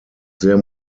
sehr